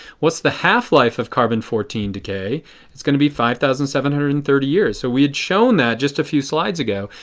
what is the half-life of carbon fourteen decay? it is going to be five thousand seven hundred and thirty years. so we had shown that just a few slides ago.